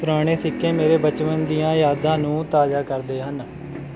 ਪੁਰਾਣੇ ਸਿੱਕੇ ਮੇਰੇ ਬਚਪਨ ਦੀਆਂ ਯਾਦਾਂ ਨੂੰ ਤਾਜ਼ਾ ਕਰਦੇ ਹਨ